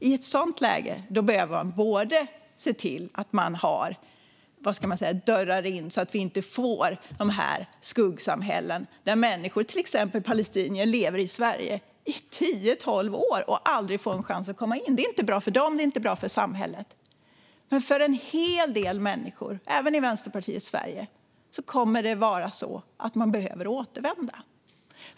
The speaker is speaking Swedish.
I ett sådant läge behöver man se till att det finns dörrar in, så att vi inte får skuggsamhällen och människor, till exempel palestinier, lever i Sverige i tio tolv år och aldrig får en chans att komma in. Det är inte bra för dem, och det är inte bra för samhället. Men för en hel del människor, även i Vänsterpartiets Sverige, kommer det att vara så att man behöver återvända.